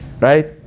Right